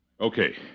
Okay